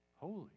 holy